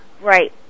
Right